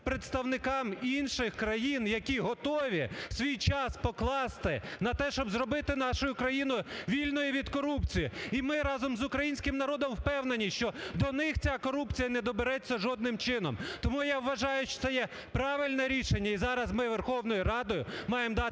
представникам інших країн, які готові свій час покласти на те, щоб зробити нашу Україну вільною від корупції. І ми разом з українським народом впевнені, що до них ця корупція не добереться жодним чином. Тому, я вважаю, що це є правильне рішення. І зараз ми Верховною Радою маємо дати